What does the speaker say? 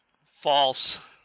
False